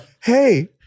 Hey